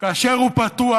כאשר הוא פתוח,